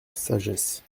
sagesse